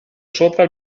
sopra